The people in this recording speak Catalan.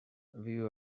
viu